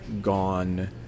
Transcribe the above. gone